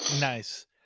Nice